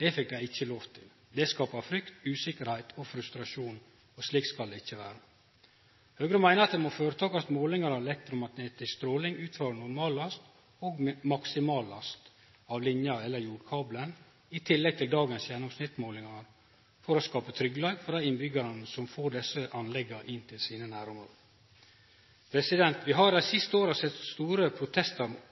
Det fekk dei ikkje lov til. Det skaper frykt, usikkerheit og frustrasjon, og slik skal det ikkje vere. Høgre meinar at det må føretakast målingar av elektromagnetisk stråling ut frå normallast og maksimal last av linja eller jordkabelen, i tillegg til dagens gjennomsnittsmålingar, for å skape tryggleik for dei innbyggjarane som får desse anlegga inn til sine nærområde. Vi har dei siste åra sett store protestar mot